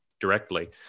directly